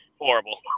Horrible